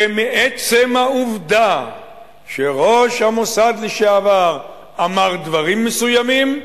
שמעצם העובדה שראש המוסד לשעבר אמר דברים מסוימים,